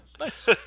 Nice